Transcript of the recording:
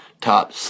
top